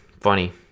Funny